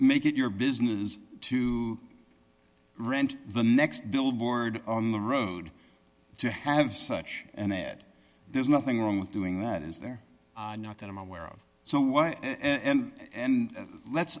make it your business too rent the next billboard on the road to have such an ed there's nothing wrong with doing that is there not that i'm aware of so why and let's